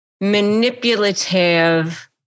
manipulative